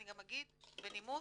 אני גם אגיד בנימוס,